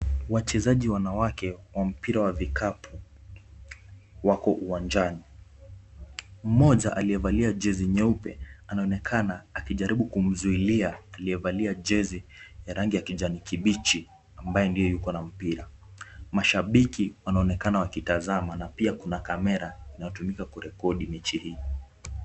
Wachezaji wanawake wa mpira wa vikapu wako uwanjani. Mmoja aliyevalia jezi nyeupe anaonekana akijaribu kumzuilia aliyevalia jezi ya rangi ya kijani kibichi ambaye ndiye yuko na mpira. Mashabiki wanaonekana wakitazama na pia kuna kamera inayotumika kurekodi mechi hii.